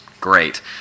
great